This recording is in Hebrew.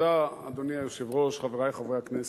אדוני היושב-ראש, תודה, חברי חברי הכנסת,